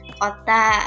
kota